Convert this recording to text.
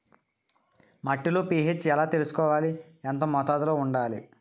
మట్టిలో పీ.హెచ్ ఎలా తెలుసుకోవాలి? ఎంత మోతాదులో వుండాలి?